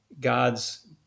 God's